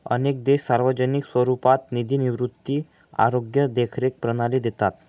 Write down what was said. अनेक देश सार्वजनिक स्वरूपात निधी निवृत्ती, आरोग्य देखरेख प्रणाली देतात